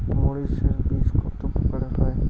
মরিচ এর বীজ কতো প্রকারের হয়?